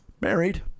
married